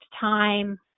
time